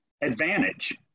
advantage